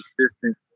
consistent